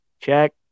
check